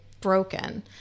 broken